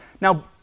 now